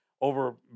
over